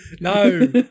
No